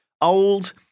old